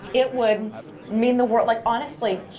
it would mean the world. like honestly,